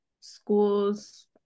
schools